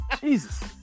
Jesus